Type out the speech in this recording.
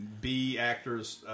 B-actors